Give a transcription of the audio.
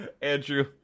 Andrew